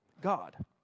God